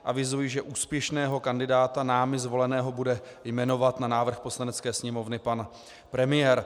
Avizuji, že úspěšného kandidáta námi zvoleného bude jmenovat na návrh Poslanecké sněmovny pan premiér.